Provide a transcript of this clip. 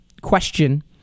question